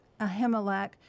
Ahimelech